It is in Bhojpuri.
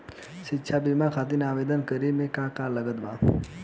शिक्षा बीमा खातिर आवेदन करे म का का लागत बा?